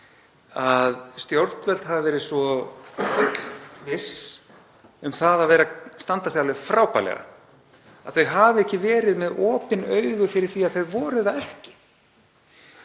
að stjórnvöld hafi verið svo fullviss um að standa sig alveg frábærlega að þau hafi ekki verið með opin augu fyrir því að svo var ekki.